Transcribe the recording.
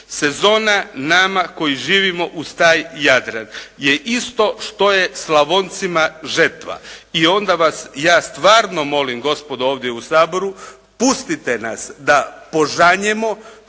sezona nama koji živimo uz taj Jadran je isto što je Slavoncima žetva i onda vas ja stvarno molim gospodo ovdje u Saboru pustite nas da požanjemo